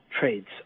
trades